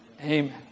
Amen